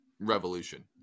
revolution